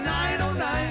909